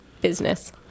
business